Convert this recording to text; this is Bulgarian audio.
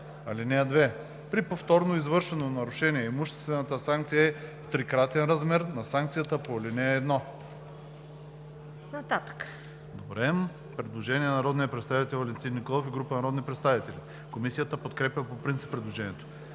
лв. (2) При повторно извършено нарушение имуществената санкция е в трикратен размер на санкцията по ал. 1.“ Предложение на народния представител Валентин Николов и група народни представители. Комисията подкрепя по принцип предложението.